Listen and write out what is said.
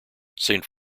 saint